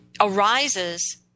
arises